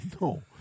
No